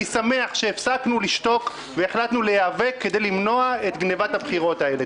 אני שמח שהפסקנו לשתוק והחלטנו להיאבק כדי למנוע את גניבת הבחירות האלה.